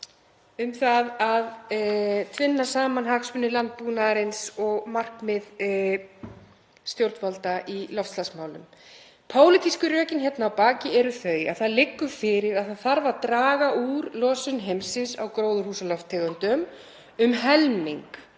til að tvinna saman hagsmuni landbúnaðarins við markmið stjórnvalda í loftslagsmálum. Pólitísku rökin að baki eru þau að það liggur fyrir að það þarf að draga úr losun heimsins á gróðurhúsalofttegundum um helming